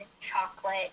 chocolate